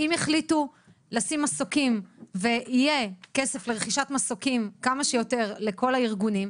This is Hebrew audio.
אם יחליטו לשים מסוקים ויהיה כסף לרכישת כמה שיותר מסוקים לכל הארגונים,